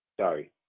Sorry